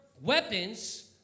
weapons